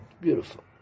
Beautiful